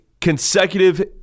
consecutive